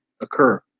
occur